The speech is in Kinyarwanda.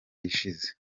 ishize